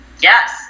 yes